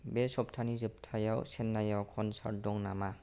बे सप्तानि जोबथायाव चेन्नाइआव कनचार्ट दं नामा